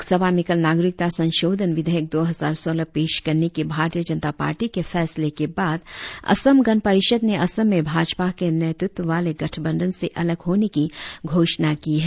लोकसभा में कल नागरिकता संशोधन विधेयक दो हजार सोलह पेश करने के भारतीय जनता पार्टी के फैसले के बाद असम गण परिषद ने असम में भाजपा के नेतृत्व वाले गठबंधन से अलग होने की घोषणा की है